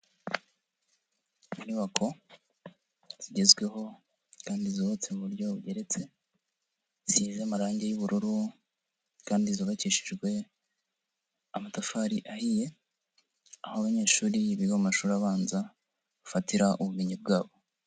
Inyubako zigezweho kandi zubatse mu buryo bugeretse, zisize amarangi y'ubururu kandi zubakishijwe amatafari ahiye, aho abanyeshuri biga mu mashuri abanza, bafatira ubumenyi bwabo.